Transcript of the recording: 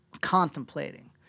contemplating